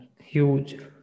Huge